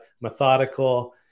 methodical